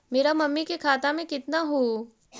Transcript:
मेरा मामी के खाता में कितना हूउ?